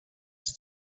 das